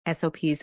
SOPs